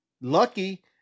lucky